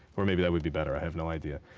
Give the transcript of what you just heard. or maybe that would be better. i have no idea.